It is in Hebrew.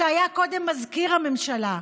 שהיה קודם מזכיר הממשלה?